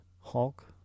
Hulk